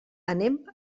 anem